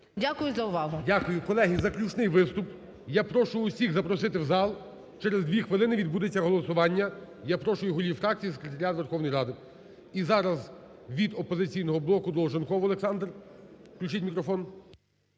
Дякую за увагу.